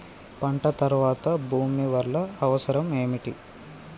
పంట తర్వాత భూమి వల్ల అవసరం ఏమిటి?